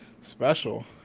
special